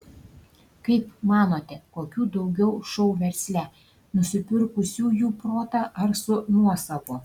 kaip manote kokių daugiau šou versle nusipirkusiųjų protą ar su nuosavu